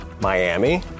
Miami